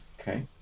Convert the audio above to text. Okay